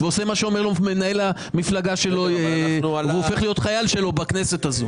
עושה מה שאומר לו מנהל המפלגה שלו והופך להיות חייל שלו בכנסת הזאת.